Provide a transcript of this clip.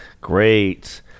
Great